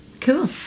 cool